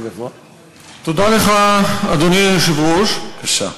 אדוני היושב-ראש, תודה לך,